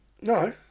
No